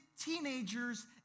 teenagers